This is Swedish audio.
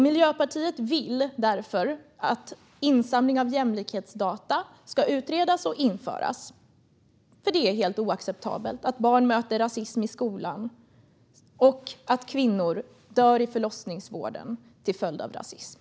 Miljöpartiet vill därför att insamling av jämlikhetsdata ska utredas och införas, eftersom det är helt oacceptabelt att barn möter rasism i skolan och att kvinnor dör i förlossningsvården till följd av rasism.